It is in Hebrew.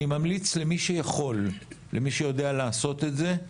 אני ממליץ למי שיכול, למי שיודע לעשות את זה,